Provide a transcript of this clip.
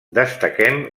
destaquem